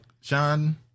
Sean